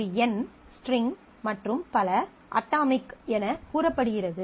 ஒரு எண் ஸ்ட்ரிங் மற்றும் பல அட்டாமிக் எனக் கூறப்படுகிறது